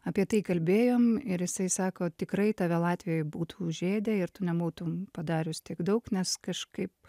apie tai kalbėjom ir jisai sako tikrai tave latvijoj būtų užėdę ir tu nebūtum padarius tiek daug nes kažkaip